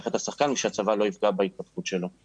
את השחקן ושהצבא לא יפגע בהתפתחות שלו.